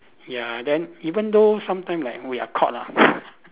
ya then even though sometime like we are caught ah